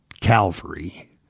Calvary